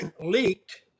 leaked